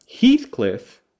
Heathcliff